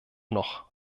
noch